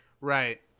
Right